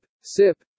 Sip